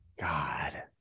God